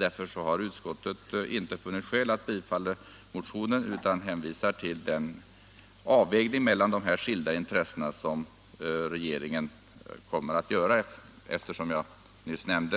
Därför har utskottet inte funnit skäl att tillstyrka motionen utan hänvisar till den avvägning emellan dessa skilda intressen som regeringen kommer att göra med anledning av att det finns, som jag nyss nämnde,